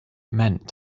meant